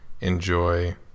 enjoy